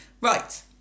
Right